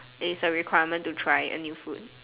it is a requirement to try a new food